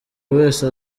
wese